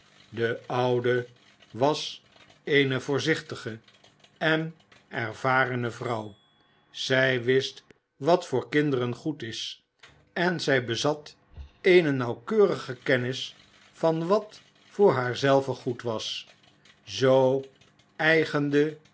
de oude was eene voorzichtige en ervarene vrouw zij wist wat voor kinderen goed is en zij bezat eene nauwkeurige kennis van wat voor haar zelve goed was zoo eigende